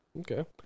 Okay